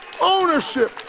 Ownership